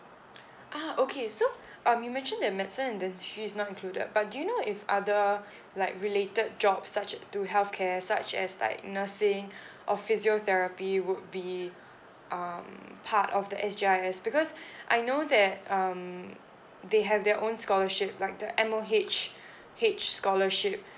ah okay so um you mentioned that medicine and dentistry is not included but do you know if other like related jobs such as do healthcare such as like nursing or physiotherapy would be um part of the S_G_I_S because I know that um they have their own scholarship like the M_O_H_H scholarship